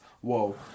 Whoa